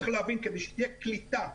צריך להבין שכדי שתהיה קליטה,